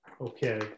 Okay